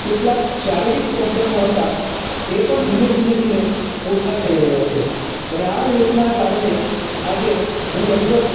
કેટલાક શારીરિક પ્રૉબ્લેમો હતા એ પણ ધીમે ધીમે ધીમે ઓછા થઈ રહ્યા છે અને આ યોગનાં કારણે આજે હું લગભગ